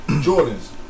Jordan's